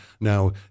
Now